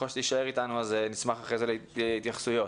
נשמח אחר-כך להתייחסויות.